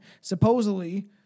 supposedly